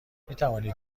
میتوانید